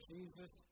Jesus